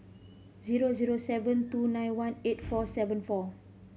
zero zero seven two nine one eight four seven four